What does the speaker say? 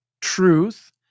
truth